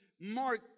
Mark